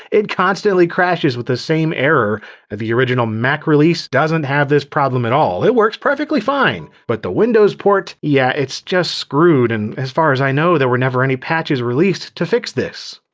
it consistently crashes with the same error. the original mac release doesn't have this problem at all, it works perfectly fine. but the windows port? yeah it's just screwed, and as far as i know there were never any patches released to fix this.